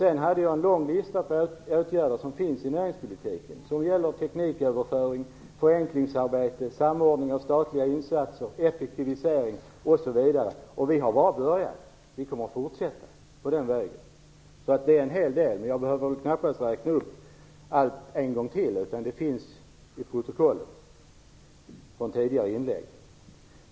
Sedan hade jag en lång lista på åtgärder inom näringspolitiken som gäller tekniköverföring, förenklingsarbete, samordning av statliga insatser, effektivisering osv. Vi har bara börjat. Vi kommer att fortsätta på den vägen. Det rör sig alltså om en hel del. Jag behöver väl knappast räkna upp allt en gång till, utan det finns att läsa i protokollet från tidigare inlägg.